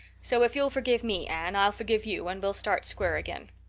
so if you'll forgive me, anne, i'll forgive you and we'll start square again.